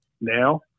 now